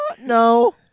No